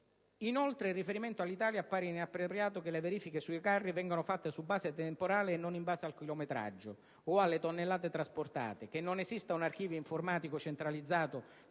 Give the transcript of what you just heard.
Inoltre, in riferimento all'Italia appare inappropriato che le verifiche sui carri vengano fatte su base temporale e non in base al chilometraggio o alle tonnellate trasportate, che non esista un archivio informatico centralizzato sulla